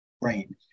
brain